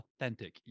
authentic